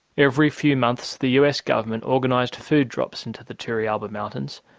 every few months the us government organised food drops into the turriabla mountains.